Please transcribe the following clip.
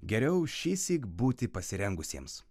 geriau šįsyk būti pasirengusiems